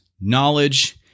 knowledge